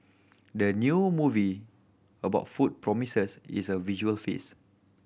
the new movie about food promises is a visual feast